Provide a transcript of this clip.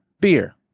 beer